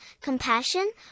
compassion